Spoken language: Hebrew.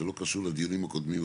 זה לא קשור לדיונים הקודמים.